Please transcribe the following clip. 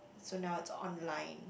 so now it's online